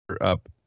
up